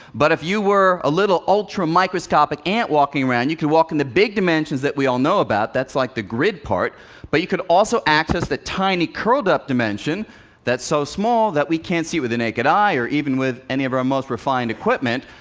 but if you were a little ultra microscopic ant walking around, you could walk in the big dimensions that we all know about that's like the grid part but you could also access the tiny curled-up dimension that's so small that we can't see it with the naked eye or even with any of our most refined equipment.